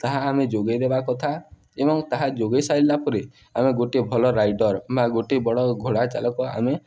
ତାହା ଆମେ ଯୋଗାଇ ଦେବା କଥା ଏବଂ ତାହା ଯୋଗାଇ ସାରିଲା ପରେ ଆମେ ଗୋଟେ ଭଲ ରାଇଡ଼ର୍ ବା ଗୋଟେ ବଡ଼ ଘୋଡ଼ା ଚାଳକ ଆମେ